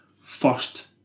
first